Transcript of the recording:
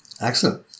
Excellent